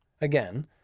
Again